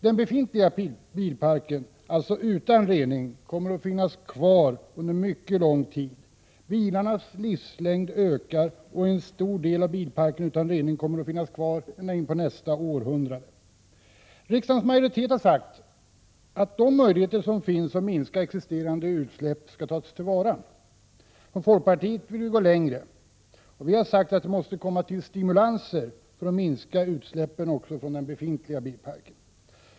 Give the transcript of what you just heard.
Den befintliga bilparken, alltså den utan rening, kommer att finnas kvar under mycket lång tid. Bilarnas livslängd ökar, och en stor del av bilparken utan rening kommer att finnas kvar långt in på nästa århundrade. Riksdagens majoritet har sagt att de möjligheter som finns att minska existerande utsläpp skall tas till vara. Vii folkpartiet vill gå längre. Vi har sagt att det måste komma till stimulanser för att även utsläppen från den befintliga bilparken skall minska.